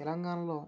తెలంగాణలో